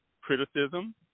criticism